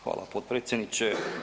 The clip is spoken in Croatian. Hvala potpredsjedniče.